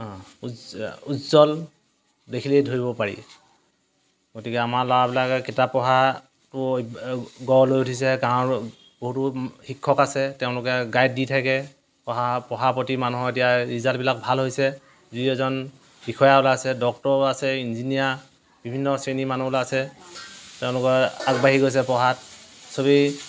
উজ উজ্জ্বল দেখিলেই ধৰিব পাৰি গতিকে আমাৰ ল'ৰাবিলাকে কিতাপ পঢ়াটো গঢ় লৈ উঠিছে গাঁৱৰ বহুতো শিক্ষক আছে তেওঁলোকে গাইড দি থাকে পঢ়া পঢ়াৰ প্ৰতি মানুহৰ এতিয়া ৰিজাল্টবিলাক ভাল হৈছে যি এজন বিষয়া ওলাইছে ডক্টৰো আছে ইঞ্জিনিয়াৰ বিভিন্ন শ্ৰেণীৰ মানুহ ওলাইছে তেওঁলোকৰ আগবাঢ়ি গৈছে পঢ়াত চবেই